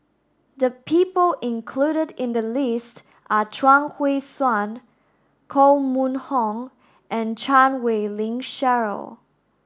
the people included in the list are Chuang Hui Tsuan Koh Mun Hong and Chan Wei Ling Cheryl